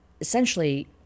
Essentially